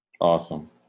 awesome